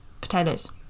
potatoes